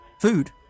Food